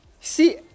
See